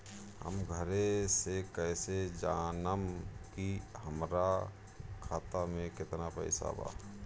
हम घरे से कैसे जानम की हमरा खाता मे केतना पैसा बा?